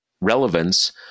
relevance